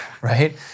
right